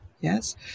Yes